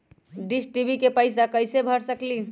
Dish TV के पैईसा कईसे भर सकली?